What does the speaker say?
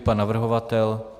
Pan navrhovatel?